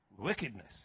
wickedness